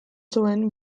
zuen